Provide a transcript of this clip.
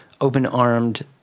open-armed